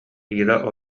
ира